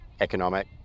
economic